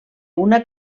una